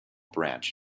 branch